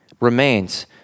remains